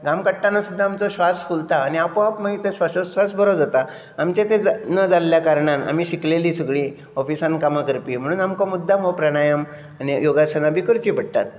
घाम काडटाना सुद्दां आमचो स्वास फुलता आनी आपो आप स्वासो स्वास बरो जाता आमचें ते ना जाल्ल्या करणान आमी शिकलेली सगळी ऑफिसान कामां करपी म्हणून आमकां मुद्दाम हो प्राणायम योगासना बी करची पडटात